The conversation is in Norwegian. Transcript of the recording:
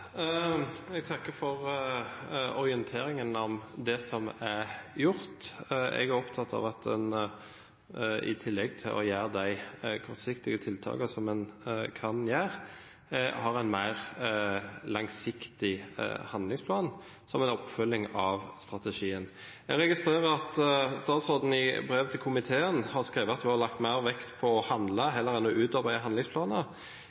Jeg takker for orienteringen om det som er gjort. Jeg er opptatt av at en i tillegg til de kortsiktige tiltakene som en kan iverksette, har en mer langsiktig handlingsplan, som en oppfølging av strategien. Jeg registrerer at statsråden i brev til komiteen har skrevet at hun har lagt mer vekt på å handle enn på å utarbeide handlingsplaner.